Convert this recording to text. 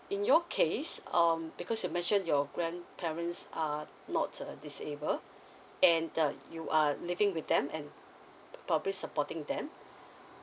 in your case um because you mention your grandparents are not a disabled and uh you are living with them and probably supporting them